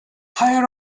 higher